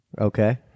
Okay